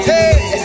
Hey